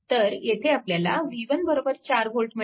तर येथे आपल्याला v1 4V मिळाले